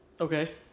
Okay